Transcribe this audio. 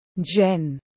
Jen